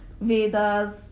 Vedas